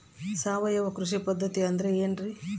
ಸಾವಯವ ಕೃಷಿ ಪದ್ಧತಿ ಅಂದ್ರೆ ಏನ್ರಿ?